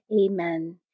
Amen